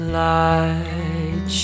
light